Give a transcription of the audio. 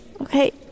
Okay